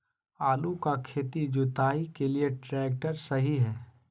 आलू का खेत जुताई के लिए ट्रैक्टर सही है?